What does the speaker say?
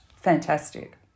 fantastic